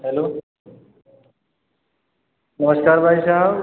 hello नमस्कार भाई साहब